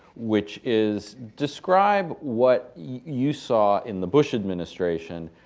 which is, describe what you saw in the bush administration.